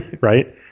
right